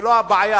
ולא הבעיה,